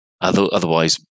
otherwise